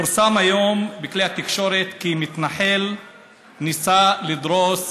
פורסם היום בכלי התקשורת כי מתנחל ניסה לדרוס